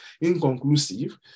inconclusive